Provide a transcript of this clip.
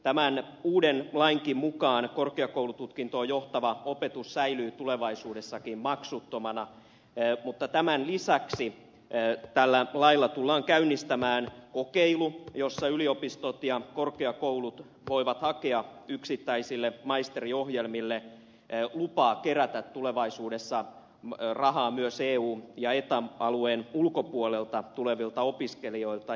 tämän uuden lainkin mukaan korkeakoulututkintoon johtava opetus säilyy tulevaisuudessakin maksuttomana mutta tämän lisäksi tällä lailla tullaan käynnistämään kokeilu jossa yliopistot ja korkeakoulut voivat hakea yksittäisille maisteriohjelmille lupaa kerätä tulevaisuudessa rahaa myös eu ja eta alueen ulkopuolelta tulevilta opiskelijoilta